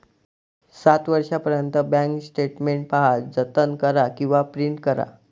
सात वर्षांपर्यंत bank statement पहा, जतन करा किंवा प्रिंट करा